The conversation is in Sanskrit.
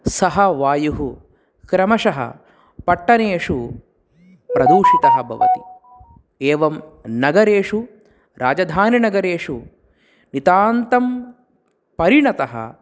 सः वायुः क्रमशः पट्टनेषु प्रदूषितः भवति एवं नगरेषु राजधानिनगरेषु नितान्तं परिणतः